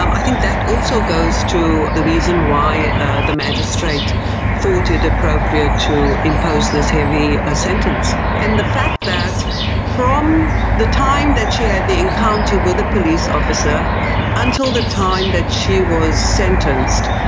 um i think that also goes to the reason why ah the magistrate thought it appropriate to impose this heavy ah sentence. and the fact that from the time that she had the encounter with the police officer until the time that she was sentenced,